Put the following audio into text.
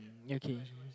okay